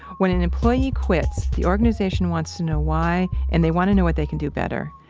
when an employee quits, the organization wants to know why and they want to know what they can do better.